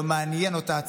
לא מעניין אותה הציבור.